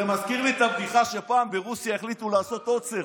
זה מזכיר לי את הבדיחה שפעם ברוסיה החליטו לעשות עוצר.